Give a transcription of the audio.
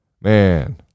Man